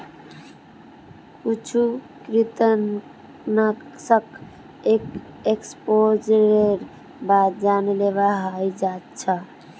कुछु कृंतकनाशक एक एक्सपोजरेर बाद जानलेवा हय जा छ